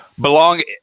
belong